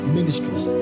Ministries